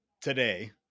today